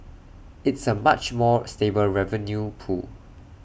it's A much more stable revenue pool